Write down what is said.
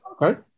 Okay